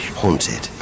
haunted